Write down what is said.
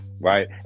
right